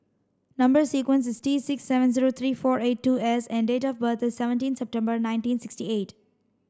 number sequence is T six seven zero three four eight two S and date of birth is seventeen September nineteen sixty eight